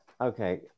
Okay